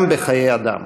גם בחיי אדם.